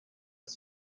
his